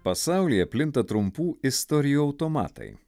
pasaulyje plinta trumpų istorijų automatai